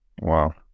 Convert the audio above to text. Wow